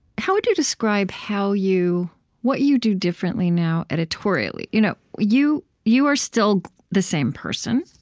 how would you describe how you what you do differently now editorially? you know you you are still the same person.